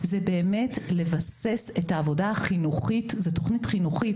זה לבסס את העבודה החינוכית זאת תוכנית חינוכית